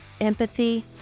empathy